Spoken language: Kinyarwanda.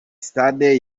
stade